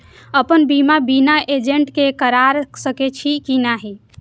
अपन बीमा बिना एजेंट के करार सकेछी कि नहिं?